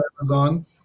amazon